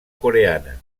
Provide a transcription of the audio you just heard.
coreana